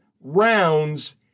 rounds